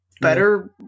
Better